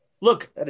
Look